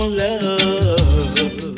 love